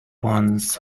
once